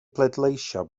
bleidleisio